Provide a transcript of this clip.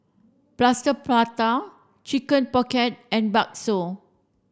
Plaster Prata chicken pocket and Bakso